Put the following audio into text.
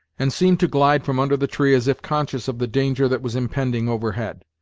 and seemed to glide from under the tree as if conscious of the danger that was impending overhead.